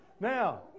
Now